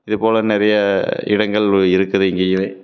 இது போல நிறைய இடங்கள் இருக்குது இங்கேயவே